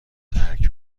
ترک